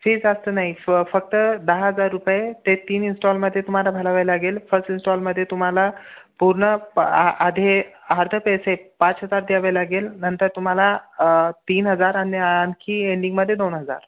fee जास्त नाही फ फक्त दहा हजार रुपये ते तीन इंस्टाॅलमध्ये तुम्हाला भरावे लागेल फस् इंस्टाॅलमध्ये तुम्हाला पूर्ण प आ आधे आधं पैसे पाच हजार द्यावं लागेल नंतर तुम्हाला तीन हजार आणि आणखी एंडिंगमध्ये दोन हजार